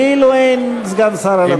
כאילו אין סגן שר על הדוכן.